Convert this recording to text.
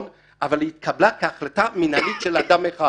אבל היא התקבלה כהחלטה מנהלית של אדם אחד.